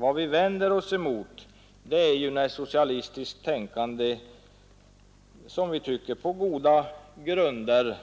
Vad vi vänder oss emot är att socialistiskt tänkande — vilket vi tycker har goda grunder